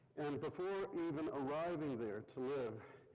and before even arriving there to live,